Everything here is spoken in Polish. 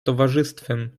towarzyszem